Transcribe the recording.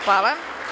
Hvala.